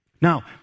now